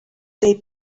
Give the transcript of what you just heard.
they